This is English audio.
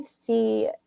see